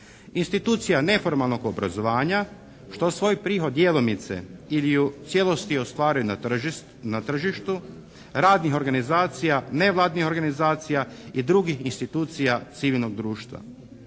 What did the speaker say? institucija neformalnog obrazovanja što svoj prihod djelomice ili u cijelosti ostvaruje na tržištu, radnih organizacija, nevladinih organizacija i drugih institucija civilnog društva.